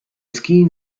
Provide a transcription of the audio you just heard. skiing